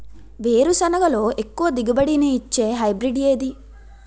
వేరుసెనగ లో ఎక్కువ దిగుబడి నీ ఇచ్చే హైబ్రిడ్ ఏది?